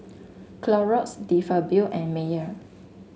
Clorox De Fabio and Mayer